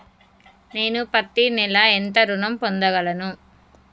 నేను పత్తి నెల ఎంత ఋణం పొందగలను?